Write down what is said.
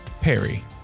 Perry